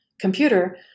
computer